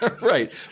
right